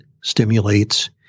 stimulates